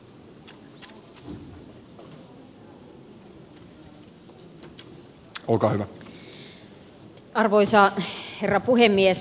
arvoisa herra puhemies